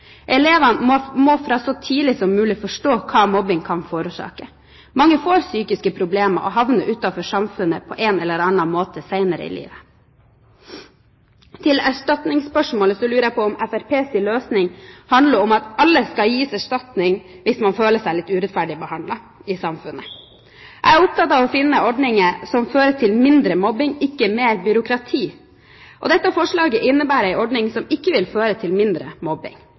Elevene må så tidlig som mulig forstå hva mobbing kan forårsake. Mange får psykiske problemer og havner utenfor samfunnet på en eller annen måte senere i livet. Når det gjelder erstatningsspørsmålet, lurer jeg på om Fremskrittspartiets løsning handler om at alle skal gis erstatning hvis man føler seg litt urettferdig behandlet i samfunnet. Jeg er opptatt av å finne ordninger som fører til mindre mobbing, ikke til mer byråkrati. Dette forslaget innebærer en ordning som ikke vil føre til mindre mobbing.